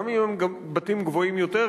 גם אם הם בתים גבוהים יותר,